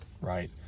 right